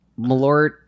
malort